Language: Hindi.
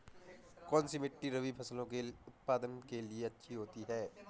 कौनसी मिट्टी रबी फसलों के उत्पादन के लिए अच्छी होती है?